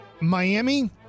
Miami